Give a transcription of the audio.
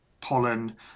pollen